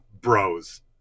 bros